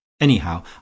Anyhow